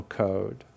code